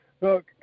Look